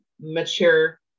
mature